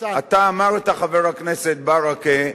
אתה אמרת, חבר הכנסת ברכה: